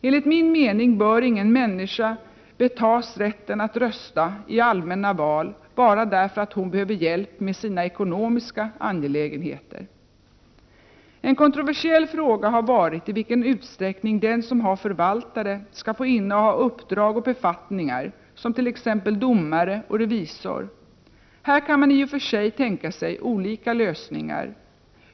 Enligt min mening bör ingen människa betas rätten att rösta i allmänna val bara därför att hon behöver hjälp med sina ekonomiska angelägenheter. En kontroversiell fråga har varit i vilken utsträckning den som har förvaltare skall få inneha uppdrag och befattningar som t.ex. domare och revisor. Här kan man i-och för sig tänka sig olika lösningar.